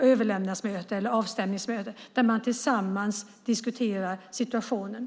överlämnings eller avstämningsmöte där man tillsammans diskuterar situationen.